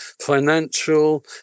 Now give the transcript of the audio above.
financial